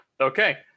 Okay